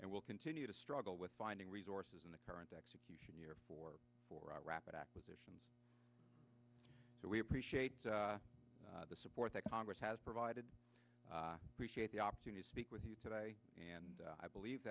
and will continue to struggle with finding resources in the current execution year for for a rapid acquisition so we appreciate the support that congress has provided appreciate the opportunity to speak with you today and i believe